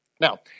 Now